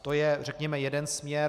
To je řekněme jeden směr.